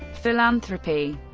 philanthropy